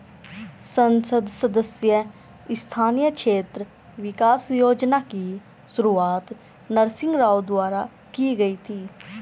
संसद सदस्य स्थानीय क्षेत्र विकास योजना की शुरुआत नरसिंह राव द्वारा की गई थी